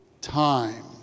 time